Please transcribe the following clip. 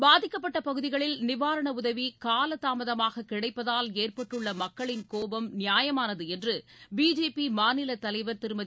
பாதிக்கப்பட்ட பகுதிகளில் நிவாரண உதவி காலதாமதமாக கிடைப்பதால் ஏற்பட்டுள்ள மக்களின் கோபம் நியாயமானது என்று பிஜேபி மாநிலத் தலைவர் திருமதி